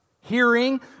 hearing